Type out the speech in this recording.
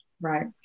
Right